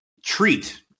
treat